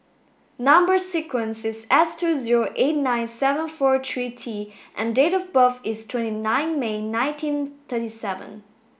number sequence is S two zero eight nine seven four three T and date of birth is twenty nine May nineteen thirty seven